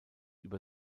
über